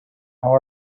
how